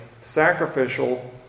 sacrificial